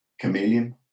chameleon